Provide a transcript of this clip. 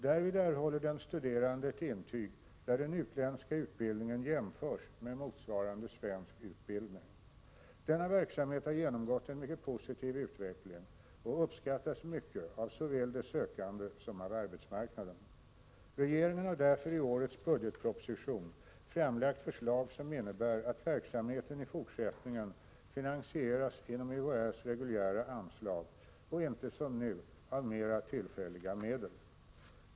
Därvid erhåller den studerande ett intyg där den utländska utbildningen jämförs med motsvarande svensk utbildning. Denna verksamhet har genomgått en mycket positiv utveckling och uppskattas mycket av såväl de sökande som av arbetsmarknaden. Regeringen har därför i årets budgetproposition framlagt förslag som innebär att verksamheten i fortsättningen finansieras inom UHÄ:s reguljära anslag och inte som nu av mera tillfälliga medel.